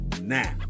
now